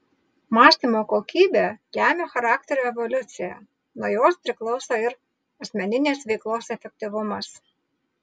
mąstymo kokybė lemia charakterio evoliuciją nuo jos priklauso ir asmeninės veiklos efektyvumas